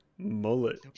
Mullet